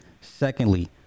Secondly